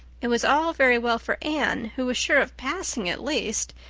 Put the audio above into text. it was all very well for anne, who was sure of passing at least,